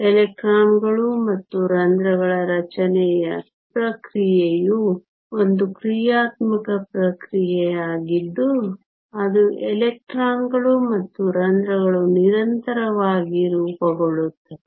ಎಲೆಕ್ಟ್ರಾನ್ಗಳು ಮತ್ತು ರಂಧ್ರಗಳ ರಚನೆಯ ಪ್ರಕ್ರಿಯೆಯು ಒಂದು ಕ್ರಿಯಾತ್ಮಕ ಪ್ರಕ್ರಿಯೆಯಾಗಿದ್ದು ಅದು ಎಲೆಕ್ಟ್ರಾನ್ಗಳು ಮತ್ತು ರಂಧ್ರಗಳು ನಿರಂತರವಾಗಿ ರೂಪುಗೊಳ್ಳುತ್ತವೆ